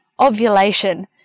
ovulation